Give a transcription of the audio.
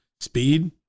Speed